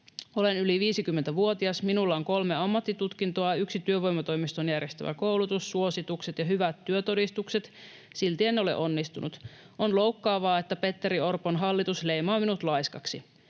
Olen yli 50-vuotias, minulla on kolme ammattitutkintoa ja yksi työvoimatoimiston järjestämä koulutus, suositukset ja hyvät työtodistukset. Silti en ole onnistunut. On loukkaavaa, että Petteri Orpon hallitus leimaa minut laiskaksi.